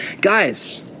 Guys